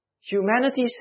humanity